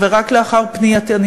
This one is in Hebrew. משרד השיכון היה שם?